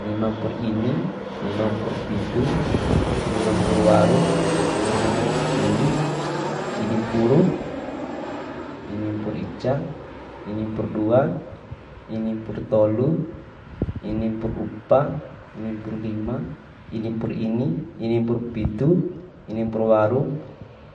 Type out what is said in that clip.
Limampuru ini, limampuru pidu, limapuru waru, limpuru ciwi, inimpuru, inimpuru ica, inimpuru dua, inimpuru tolu, inimpuru upa, inimpuru lima, inimpuru ini, inimpuru pidu, inimpuru waru,